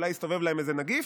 אולי הסתובב להם איזה נגיף,